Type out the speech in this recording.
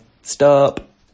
Stop